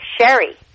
Sherry